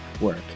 work